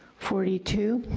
forty two.